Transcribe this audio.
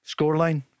Scoreline